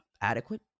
adequate